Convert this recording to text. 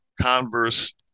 Converse